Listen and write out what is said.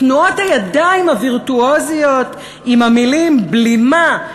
תנועות הידיים הווירטואוזיות עם המילים בלימה,